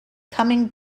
coming